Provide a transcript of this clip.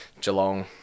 Geelong